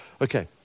Okay